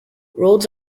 roads